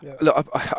Look